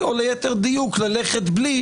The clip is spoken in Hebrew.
לא הבנתי, אני עכשיו יושב --- בן אדם שמגיע